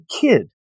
kid